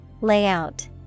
Layout